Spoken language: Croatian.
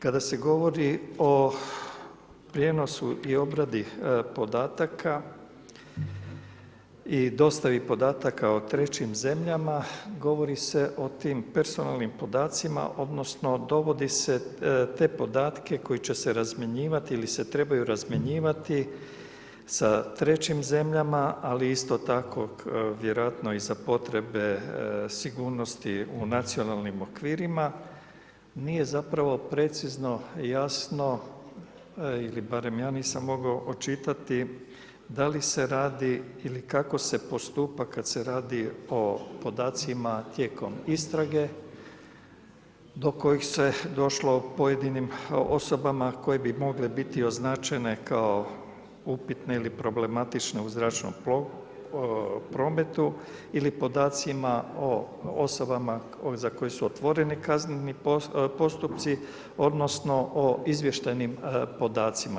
Kada se govori o prijenosu i obradi podataka, i dostavi podataka o trećim zemljama, govori se o tim personalnim podacima odnosno dovodi se te podatke koji će se razmjenjivati ili se trebaju razmjenjivati sa trećim zemljama ali isto tako vjerojatno i za potrebe sigurnosti u nacionalnim okvirima, nije zapravo precizno jasno ili barem ja nisam mogao očitati da li se radi ili kako se postupa kad se radi o podacima tijekom istrage do kojih se došlo pojedinim osobama koje bi mogle biti označene kao upitne ili problematične u zračnom prometu ili podacima o osobama za koje su otvoreni kazneni postupci odnosno o izvještajnim podacima.